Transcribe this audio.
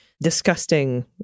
disgusting